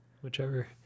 whichever